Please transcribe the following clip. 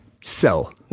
sell